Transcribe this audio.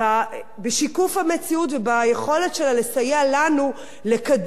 המציאות וביכולת שלה לסייע לנו לקדם ולשנות.